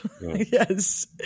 Yes